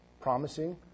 promising